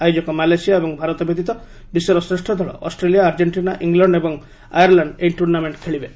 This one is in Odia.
ଆୟୋଜକ ମାଲେସିଆ ଏବଂ ଭାରତ ବ୍ୟତୀତ ବିଶ୍ୱର ଶ୍ରେଷ୍ଠ ଦଳ ଅଷ୍ଟ୍ରେଲିଆ ଆର୍ଜେଣ୍ଟିନା ଇଂଲକ୍ଷ ଏବଂ ଆୟାର୍ଲାଣ୍ଡ ଏହି ଟୁର୍ଷ୍ଣାମେଣ୍ଟ ଖେଳିବେ